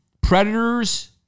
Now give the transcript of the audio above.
Predators